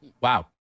Wow